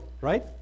right